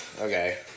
okay